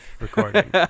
recording